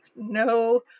No